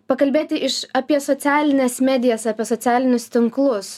pakalbėti iš apie socialines medijas apie socialinius tinklus